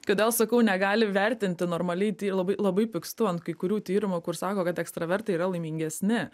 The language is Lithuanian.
kodėl sakau negali vertinti normaliai tai labai labai pykstu ant kai kurių tyrimų kur sako kad ekstravertai yra laimingesni